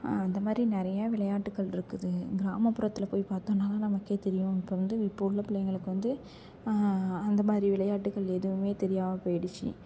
அந்த மாதிரி நிறையா விளையாட்டுகள் இருக்குது கிராமப்புறத்தில் போயி பார்த்தோன்னா தான் நமக்கு தெரியும் இப்போ வந்து இப்போ உள்ள பிள்ளைங்களுக்கு வந்து அந்த மாதிரி விளையாட்டுக்கள் எதுவும் தெரியாமல் போயிடுச்சி